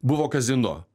buvo kazino